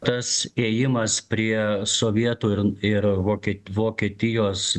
tas ėjimas prie sovietų ir ir vokie vokietijos